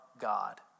God